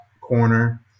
corner